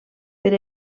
per